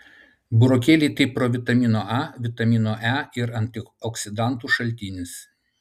burokėliai tai provitamino a vitamino e ir antioksidantų šaltinis